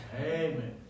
Amen